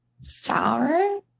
Sour